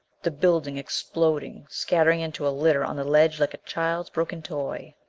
the building exploding, scattering into a litter on the ledge like a child's broken toy.